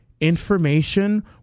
information